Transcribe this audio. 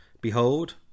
Behold